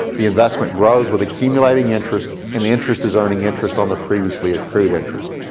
the investment grows with accumulated interest, and the interest is earning interest on the previously accrued interest.